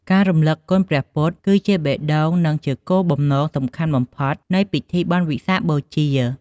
ការរំលឹកគុណព្រះពុទ្ធ គឺជាបេះដូង និងជាគោលបំណងសំខាន់បំផុតនៃពិធីបុណ្យវិសាខបូជា។